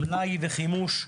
מלאי וחימוש,